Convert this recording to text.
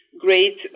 great